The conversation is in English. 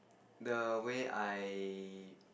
the way I